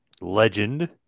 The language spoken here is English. Legend